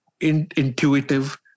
intuitive